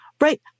Right